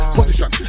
Position